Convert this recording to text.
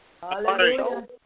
Hallelujah